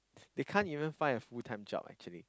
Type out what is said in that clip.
they can't even find a full time job actually